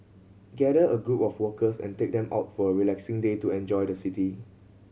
gather a group of workers and take them out for a relaxing day to enjoy the city